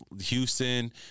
Houston